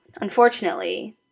Unfortunately